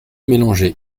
mélanger